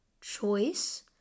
choice